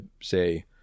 say